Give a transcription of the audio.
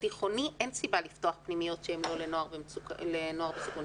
בתיכוני אין באמת סיבה לפתוח פנימיות שהן לא לנוער בסיכון.